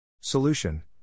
Solution